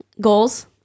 goals